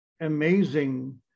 amazing